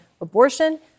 abortion